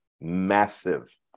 massive